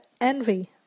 envy